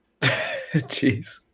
Jeez